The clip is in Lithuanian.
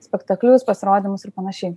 spektaklius pasirodymus ir panašiai